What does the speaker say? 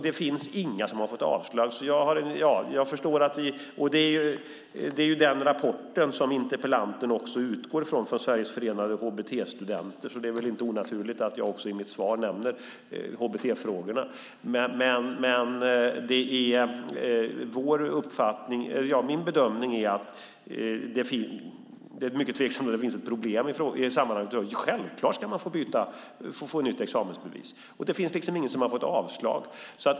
Det finns inga som har fått avslag. Det är den rapporten från Sveriges Förenade HBTQ-studenter som interpellanten utgår ifrån. Det är väl inte onaturligt att jag också i mitt svar nämner hbt-frågorna. Det är mycket tveksamt om det finns ett problem i sammanhanget. Man ska självfallet få ett nytt examensbevis. Det finns ingen som har fått avslag.